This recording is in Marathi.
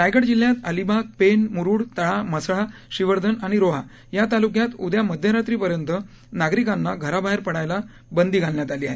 रायगड जिल्ह्यात अलिबाग पेण म्रुड तळा म्हसळा श्रीवर्धन आणि रोहा या तालुक्यात उदया मध्यरात्रीपर्यंत नागरिकांना घराबाहेर पडायला बंदी घालण्यात आली आहे